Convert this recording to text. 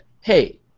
hey